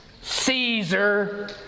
Caesar